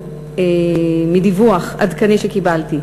מדיווח עדכני שקיבלתי,